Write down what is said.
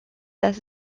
dass